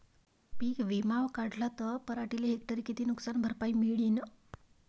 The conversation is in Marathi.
पीक विमा काढला त पराटीले हेक्टरी किती नुकसान भरपाई मिळीनं?